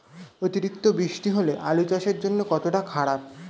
অতিরিক্ত বৃষ্টি হলে আলু চাষের জন্য কতটা খারাপ?